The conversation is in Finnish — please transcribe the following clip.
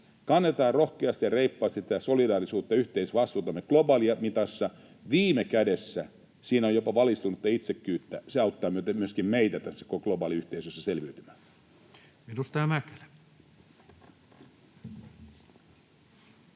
kannetaan rohkeasti ja reippaasti tätä solidaarisuutta ja yhteisvastuutamme globaalimitassa. Viime kädessä siinä on jopa valistunutta itsekkyyttä ja se auttaa myöskin meitä tässä globaaliyhteisössä selviytymään.